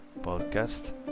podcast